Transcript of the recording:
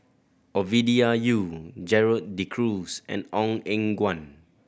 Ovidia Yu Gerald De Cruz and Ong Eng Guan